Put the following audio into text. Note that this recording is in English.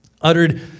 uttered